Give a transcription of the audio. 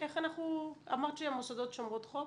אמרת שהמוסדות שומרות חוק?